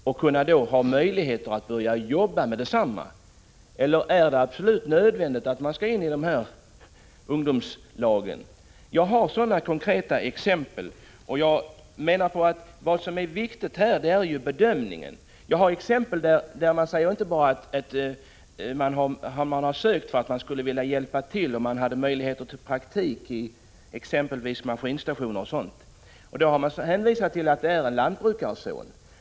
De skulle då kunna ha möjlighet att börja arbeta i familjeföretaget med detsamma, eller är det absolut nödvändigt att de skall in i ungdomslagen? Jag har konkreta exempel på sådana fall. Jag menar att det som är viktigt är bedömningen. Jag har exempel där dispens har sökts inte bara därför att vederbörande skulle kunna hjälpa till i det egna företaget utan därför att det fanns möjlighet till praktik, exempelvis vid maskinstationer och dylikt. Man har i det fallet hänvisat till att det gällt en lantbrukarson.